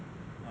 ah